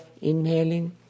inhaling